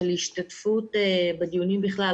של השתתפות בדיונים בכלל,